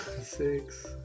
Six